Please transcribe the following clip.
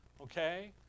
Okay